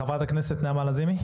חברת הכנסת נעמה לזימי.